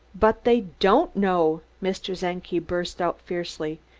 but they don't know, mr. czenki burst out fiercely.